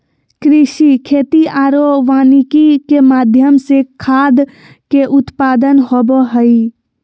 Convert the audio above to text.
कृषि, खेती आरो वानिकी के माध्यम से खाद्य के उत्पादन होबो हइ